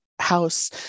house